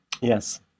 Yes